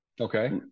Okay